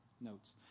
notes